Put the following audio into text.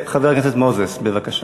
חבר הכנסת מוזס, בבקשה.